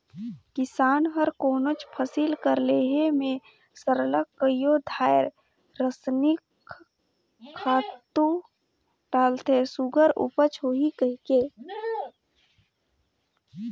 किसान हर कोनोच फसिल कर लेहे में सरलग कइयो धाएर रसइनिक खातू डालथे सुग्घर उपज होही कहिके